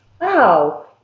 Wow